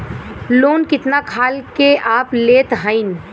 Loan कितना खाल के आप लेत हईन?